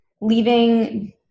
Leaving